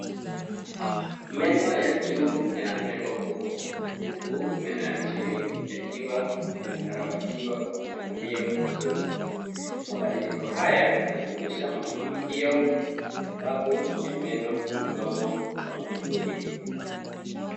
Meno ya juu yana pengo kubwa huku meno ya chini yakiwa yamekarabatiwa kwa mpangilio mzuri. Mabadiliko haya yanaonyesha mafanikio ya matibabu ya meno kwa mdomo wa mtu huyu.